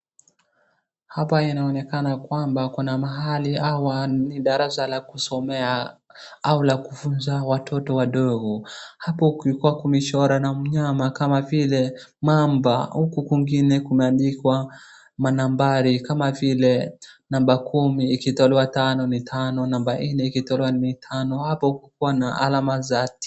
Hapa inaonekana kwamba kuna mahali hawa ni darasa la kusomea au la kufunza watoto wadogo. Hapo kulikuwa kumechorwa na mnyama kama vile mamba, huku kwingine kumeandikwa manambari kama vile namba kumi ikitolewa tano ni tano, namba nne ikitolewa ni tano. Hapo kukuwa na alama za hati